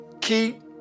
keep